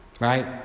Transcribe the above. Right